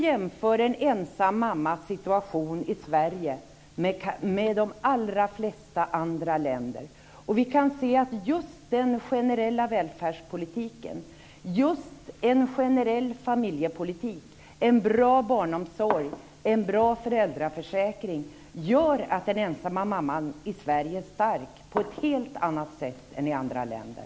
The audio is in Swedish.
Jämför en ensamstående mammas situation i Sverige med läget i de allra flesta andra länder! Vi kan då se att just den generella välfärdspolitiken, en generell familjepolitik, en bra barnomsorg och en bra föräldraförsäkring gör att den ensamstående mamman i Sverige är stark på ett helt annat sätt än i andra länder.